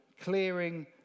clearing